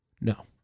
No